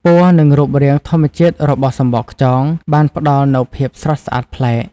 ពណ៌ និងរូបរាងធម្មជាតិរបស់សំបកខ្យងបានផ្តល់នូវភាពស្រស់ស្អាតប្លែក។